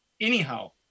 anyhow